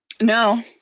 No